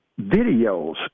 videos